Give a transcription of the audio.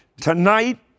Tonight